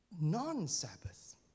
non-Sabbath